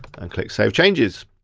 and click save changes.